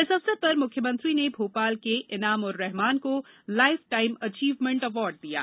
इस अवसर पर मुख्यमंत्री ने भोपाल के इनाम उर रेहमान को लाइफ टाइम एचीवमेंट अवार्ड दिया गया